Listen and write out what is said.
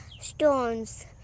stones